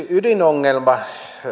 yksi ydinongelma